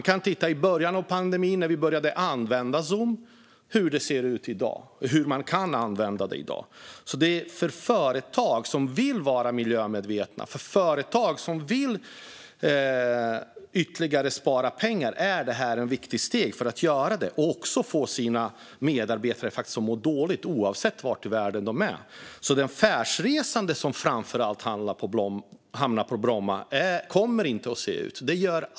Vi kan jämföra med början av pandemin, när vi började använda Zoom, och hur man kan använda tekniken i dag. För företag som vill vara miljömedvetna och som vill spara ytterligare pengar är detta ett viktigt steg för att kunna göra det. Det är också viktigt för medarbetare som är sjuka, oavsett var i världen de är. Affärsresandet på Bromma kommer inte att se ut som det har gjort.